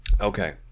Okay